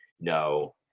No